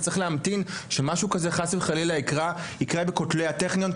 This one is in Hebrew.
צריך להמתין שמשהו כזה חלילה יקרה בין כתלי הטכניון,